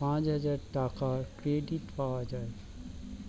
পাঁচহাজার টাকার ক্রেডিট পাওয়া যায়